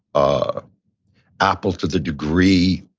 ah apple to the degree,